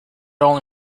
only